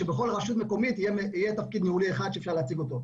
שבכל רשות מקומית יהיה תפקיד ממונה אחד שאפשר יהיה להציג אותו,